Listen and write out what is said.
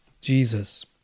Jesus